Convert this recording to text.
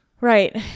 Right